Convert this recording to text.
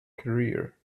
career